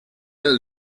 del